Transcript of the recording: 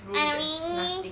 are we